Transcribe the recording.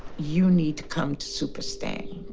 you need to come to super stang.